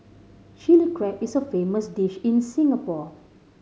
Chilli Crab is a famous dish in Singapore